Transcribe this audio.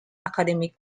academic